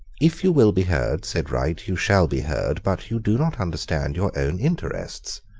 if you will be heard, said wright, you shall be heard but you do not understand your own interests.